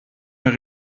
mehr